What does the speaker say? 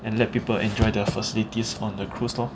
and let people enjoy their facilities on the cruise lor